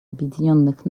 объединенных